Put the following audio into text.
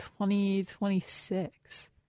2026